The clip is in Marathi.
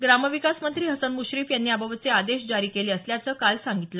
ग्रामविकास मंत्री हसन मुश्रीफ यांनी याबाबतचे आदेश जारी केले असल्याचं काल सांगितलं